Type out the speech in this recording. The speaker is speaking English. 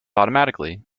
automatically